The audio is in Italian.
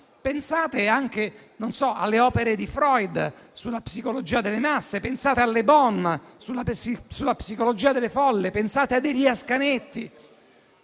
Pensate ad esempio alle opere di Freud sulla psicologia delle masse; pensate a Le Bon sulla psicologia delle folle o a Elias Canetti.